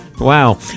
wow